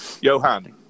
Johan